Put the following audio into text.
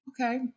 Okay